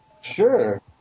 Sure